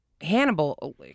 Hannibal